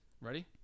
ready